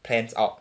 pans out